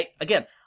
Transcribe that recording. Again